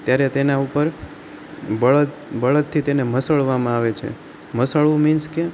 ત્યારે તેના ઉપર બળદ બળદથી તેને મસળવામાં આવે છે મસળવું મિન્સ કે